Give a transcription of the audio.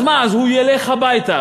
אז מה, אז הוא ילך הביתה.